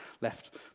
left